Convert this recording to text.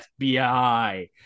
FBI